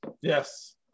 Yes